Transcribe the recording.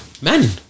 men